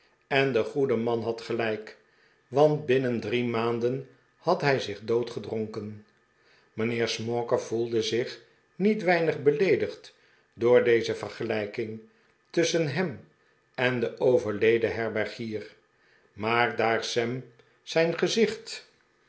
en de goede man had gelijk want binnen drie maanden had hij zich doodgedronken mijnheer smauker voelde zich niet weinig beleedigd door deze vergelijking tusschen hem en den overleden herbergiex maar daar sam zijn gezicht